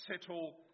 settle